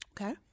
Okay